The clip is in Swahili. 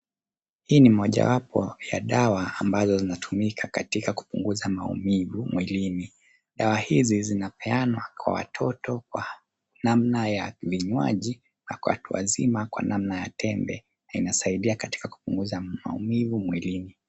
Hii ni mojawapo ya dawa ambazo zinatumika katika kupunguza maumivu mwilini. Dawa hizi zinapeanwa kwa watoto kwa namna ya vinywaji na kwa watu wazima kwa namna ya tembe na inasaidia katika kupunguza maumivu mwilini.